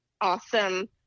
awesome